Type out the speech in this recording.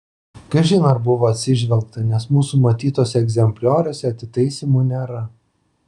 kažin ar buvo atsižvelgta nes mūsų matytuose egzemplioriuose atitaisymų nėra